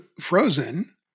Frozen